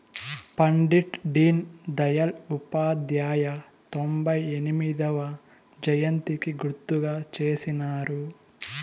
Pandit Deendayal Upadhyaya తొంభై ఎనిమొదవ జయంతికి గుర్తుగా చేసినారు